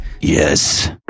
Yes